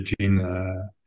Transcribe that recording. gene